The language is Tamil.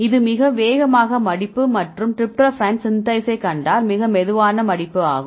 இது மிக வேகமாக மடிப்பு மற்றும் டிரிப்டோபன் சின்தேஷைக் கண்டால் மிக மெதுவான மடிப்பு ஆகும்